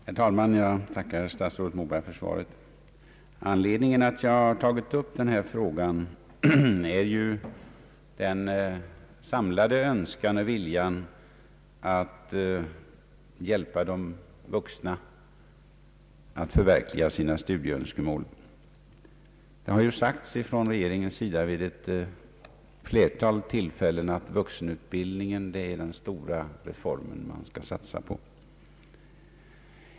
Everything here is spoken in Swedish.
Herr talman! Jag tackar statsrådet Moberg för svaret. Anledningen till att jag tagit upp denna fråga är den samlade önskan och viljan att hjälpa de vuxna att förverkliga sina studieönskemål. Det har sagts från regeringens sida vid ett flertal tillfällen, att vuxenutbildningen är den stora reform man skall satsa på.